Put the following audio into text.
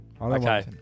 Okay